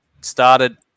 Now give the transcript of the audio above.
started